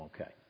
okay